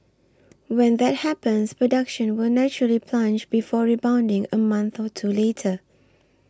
when that happens production will naturally plunge before rebounding a month or two later